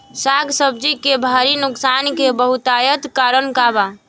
साग सब्जी के भारी नुकसान के बहुतायत कारण का बा?